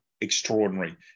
extraordinary